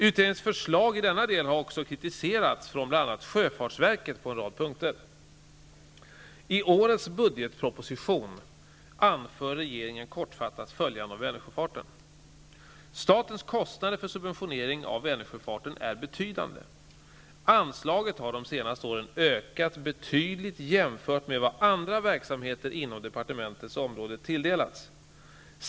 Utredningens förslag i denna del har dock kritiserats från bl.a. sjöfartsverket på en rad punkter. I årets budgetproposition anför regeringen kortfattat följande om Vänersjöfarten. Statens kostnader för subventionering av Vänersjöfarten är betydande. Anslaget har de senaste åren ökat betydligt jämfört med vad andra verksamheter inom departementets område tilldelats.